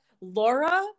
Laura